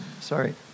sorry